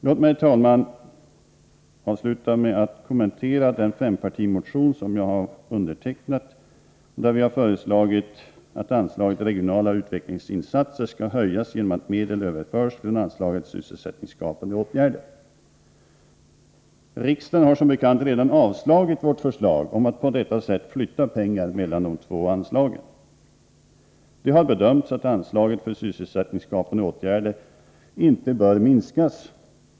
Låt mig, herr talman, avsluta med att kommentera den fempartimotion som jag har undertecknat och i vilken vi har föreslagit att anslaget till regionala utvecklingsinsatser skall höjas genom att medel överförs från anslaget för sysselsättningsskapande åtgärder. Riksdagen har som bekant redan avslagit vårt förslag om att på detta sätt flytta pengar mellan de två anslagen. Det har bedömts att anslaget för sysselsättningsskapande åtgärder inte bör minskas.